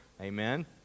Amen